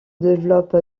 développe